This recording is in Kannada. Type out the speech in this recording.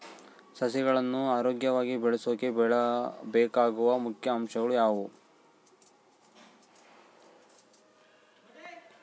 ಸಸಿಗಳನ್ನು ಆರೋಗ್ಯವಾಗಿ ಬೆಳಸೊಕೆ ಬೇಕಾಗುವ ಮುಖ್ಯ ಅಂಶಗಳು ಯಾವವು?